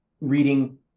reading